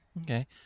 Okay